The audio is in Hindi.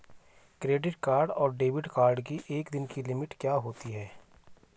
क्रेडिट कार्ड और डेबिट कार्ड की एक दिन की लिमिट क्या है?